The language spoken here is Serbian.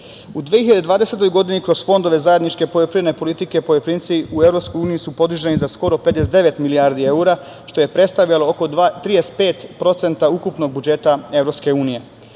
U 2020. godini, kroz fondove zajedničke poljoprivredne politike, poljoprivrednici u EU su podržani sa skoro 59 milijardi evra, što je predstavljalo oko 35% ukupnog budžeta EU.Bez